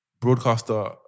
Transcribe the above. broadcaster